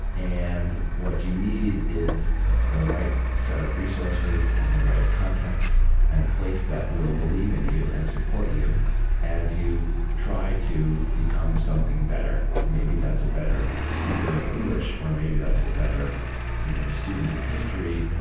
and what you need is the right set of resources and the right context and a place that will believe in you and support you as you try to become something better. maybe that's a better speaker of english or maybe that's a better you know student of history,